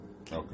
Okay